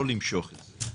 לא למשוך את זה.